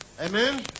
Amen